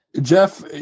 Jeff